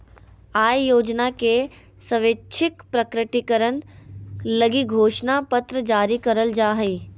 आय योजना के स्वैच्छिक प्रकटीकरण लगी घोषणा पत्र जारी करल जा हइ